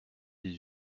des